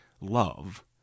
love